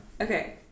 Okay